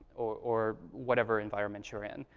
or whatever environment you're in.